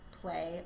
play